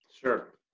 Sure